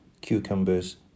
cucumbers